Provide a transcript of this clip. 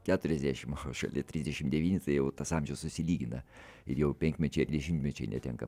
keturiasdešimt o šalia trisdešimt devyni tai jau tas amžius susilygina jau penkmečiai ar dešimtmečiai netenka